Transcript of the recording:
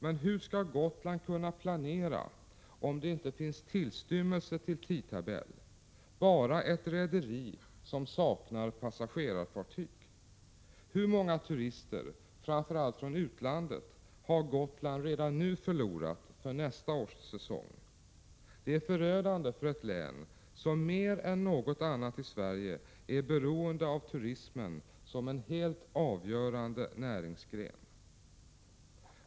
Men hur skall Gotland kunna planera om det inte finns tillstymmelse till tidtabell, bara ett rederi som saknar passagerarfartyg? Hur många turister, framför allt från utlandet, har Gotland redan nu förlorat för nästa års säsong? Detta är förödande för ett län som mer än något annat i Sverige är beroende av turismen som helt avgörande näringsgren.